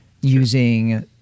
using